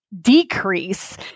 decrease